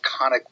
iconic